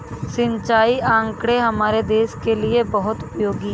सिंचाई आंकड़े हमारे देश के लिए बहुत उपयोगी है